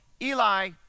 Eli